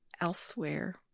elsewhere